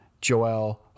Joel